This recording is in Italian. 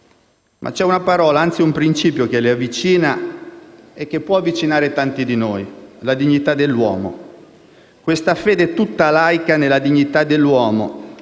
ma c'è una parola, anzi un principio che li avvicina e che può avvicinare tanti di noi: la dignità dell'uomo. Questa fede tutta laica nella dignità dell'uomo,